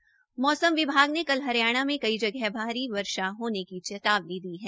मौसम विभाग ने कल हरियाणा में कई जगह भारी वर्षा होने की चेतावनी दी है